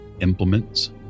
implements